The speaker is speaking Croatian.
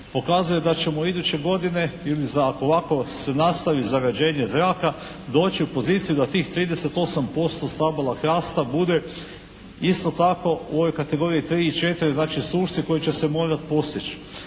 pokazuje da ćemo iduće godine ili ovako nastavi zagađenje zraka doći u poziciju da tih 38% stabala hrasta bude isto tako u ovoj kategoriji 3 i 4, znači sušci koji će se morati posjeći.